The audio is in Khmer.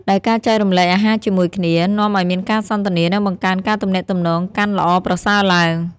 ដែលការចែករំលែកអាហារជាមួយគ្នា នាំឲ្យមានការសន្ទនា និងបង្កើនការទំនាក់ទំនងកាន់ល្អប្រសើរទ្បើង។